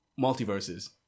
multiverses